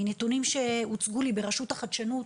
מנתונים שהוצגו לי ברשות לחדשנות,